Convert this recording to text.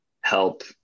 help